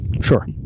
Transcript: Sure